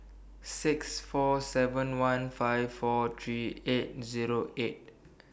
six four seven one five four three eight Zero eight